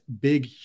Big